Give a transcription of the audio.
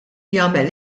jagħmel